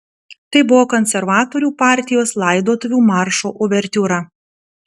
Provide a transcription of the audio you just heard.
tai buvo konservatorių partijos laidotuvių maršo uvertiūra